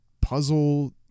puzzle